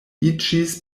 iĝis